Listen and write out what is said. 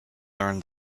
learn